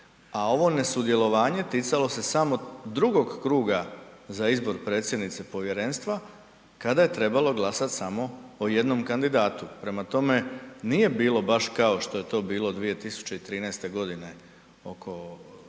a ovo nesudjelovanje ticalo se samo drugog kruga za izbor predsjednice povjerenstva kada je trebalo glasati samo o jednom kandidatu. Prema tome, nije bilo baš kao što je to bilo 2013. godine oko,